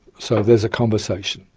so there's a conversation,